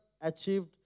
achieved